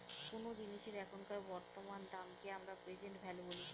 কোনো জিনিসের এখনকার বর্তমান দামকে আমরা প্রেসেন্ট ভ্যালু বলি